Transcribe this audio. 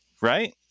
Right